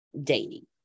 dating